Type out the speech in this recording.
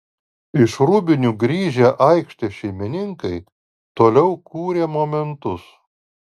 iš rūbinių grįžę aikštės šeimininkai toliau kūrė momentus